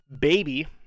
baby